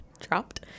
Dropped